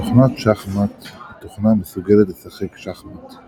תוכנת שחמט היא תוכנה המסוגלת לשחק שחמט.